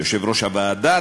יושב-ראש הוועדה,